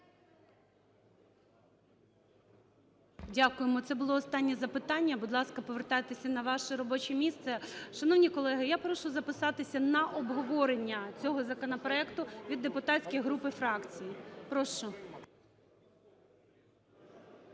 Дякуємо. Це було останнє запитання. Будь ласка, повертайтеся на ваше робоче місце. Шановні колеги, я прошу записатися на обговорення цього законопроекту від депутатських груп і фракцій. Прошу.